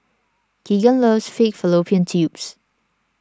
Kegan loves Pig Fallopian Tubes